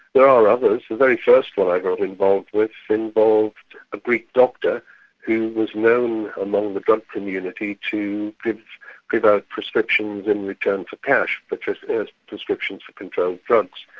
there are others. the very first one i got involved with involved a greek doctor who was known among the drug community to give give out prescriptions in return for cash, but prescriptions for controlled drugs.